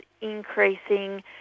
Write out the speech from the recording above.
increasing